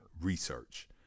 research